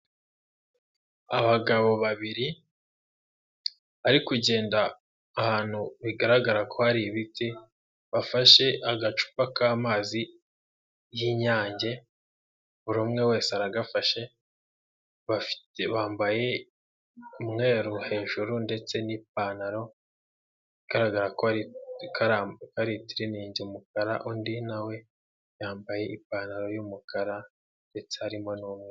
Abagabo babiri bari kugenda ahantu bigaragara ko hari ibiti bafashe agacupa k'amazi y'inyange buri umwe wese aragafashe bambaye umweru hejuru ndetse n'ipantaro igaragara ko ari itiriningi umukara undi nawe yambaye ipantaro yumukara ndetse harimo n'umweru.